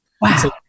Wow